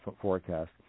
forecast